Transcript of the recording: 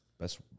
Best